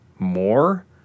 more